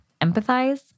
empathize